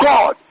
God